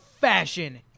fashion